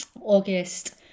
August